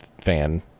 fan